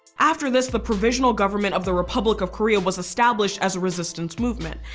after this the provisional government of the republic of korea was established as a resistance movement.